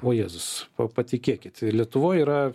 o jėzus patikėkit lietuvoj yra